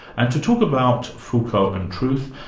and to talk about foucault and truth,